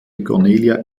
cornelia